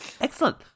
Excellent